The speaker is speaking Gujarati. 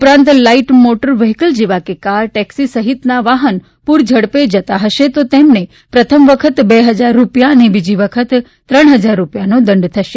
ઉપરાંત લાઇટ મોટર વ્હીકલ જેવા કે કાર ટેક્સી સહિતના વાહન પૂરઝડપે જતા હશે તો તેમને પ્રથમ વખત બે હજાર રૂપિયા અને બીજી વખત ત્રણ હજાર રૂપિયાનો દંડ થશે